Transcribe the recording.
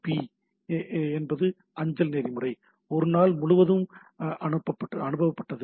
B என்பது அஞ்சல் நெறிமுறை ஒரு நாள் முழுவதும் அனுபவபட்டது